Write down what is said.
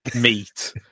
meat